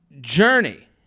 journey